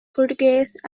portuguese